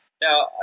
Now